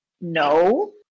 No